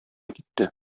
китте